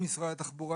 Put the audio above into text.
ממשרד התחבורה,